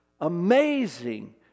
Amazing